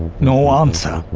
no answer.